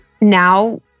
now